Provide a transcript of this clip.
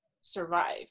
survive